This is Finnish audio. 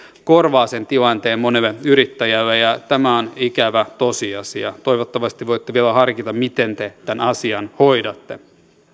korvaa sen tilanteen monelle yrittäjälle tämä on ikävä tosiasia toivottavasti voitte vielä harkita miten te tämän asian hoidatte